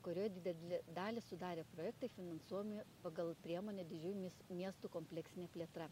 kurioj didelę dalį sudarė projektai finansuojami pagal priemonę didžiųjų mies miestų kompleksinė plėtra